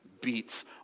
beats